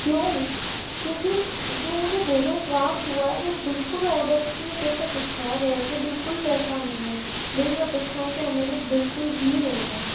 क्यों क्योंकि जो मुझे भोजन प्राप्त हुआ है वो बिल्कुल ऑर्डर में जैसा दिखाया गया था बिल्कुल वैसा नहीं है मेरे अपेक्षाओं के अनुरूप बिल्कुल भी नहीं है